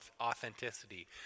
authenticity